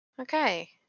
Okay